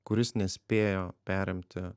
kuris nespėjo perimti